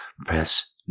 Press